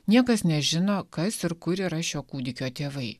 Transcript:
niekas nežino kas ir kur yra šio kūdikio tėvai